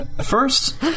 First